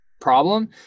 problem